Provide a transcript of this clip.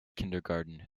kindergarten